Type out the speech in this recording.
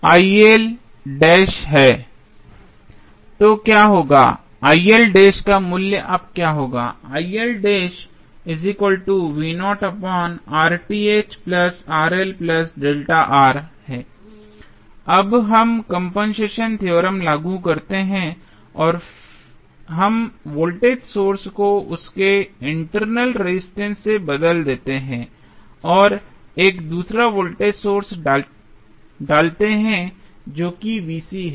तो क्या होगा का मूल्य अब क्या होगा अब हम कंपनसेशन थ्योरम लागू करते हैं और हम वोल्टेज सोर्स को उसके इंटरनल रेजिस्टेंस से बदल देते हैं और 1 दूसरा वोल्टेज सोर्स डालते हैं जो कि है